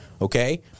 Okay